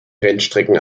rennstrecken